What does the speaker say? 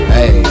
Hey